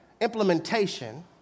implementation